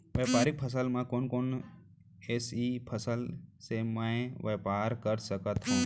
व्यापारिक फसल म कोन कोन एसई फसल से मैं व्यापार कर सकत हो?